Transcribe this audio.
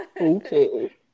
Okay